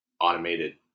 automated